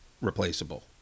replaceable